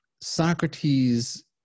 Socrates